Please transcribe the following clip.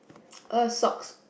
err socks